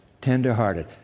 tender-hearted